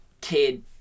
kid